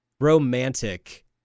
romantic